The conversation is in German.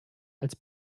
als